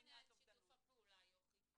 ומה מונע את שיתוף הפעולה, יוכי?